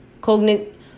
Cognitive